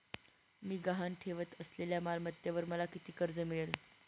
मी गहाण ठेवत असलेल्या मालमत्तेवर मला किती कर्ज मिळेल?